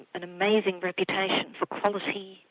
an amazing reputation for quality.